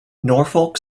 norfolk